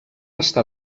està